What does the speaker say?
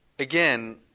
Again